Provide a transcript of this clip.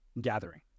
gathering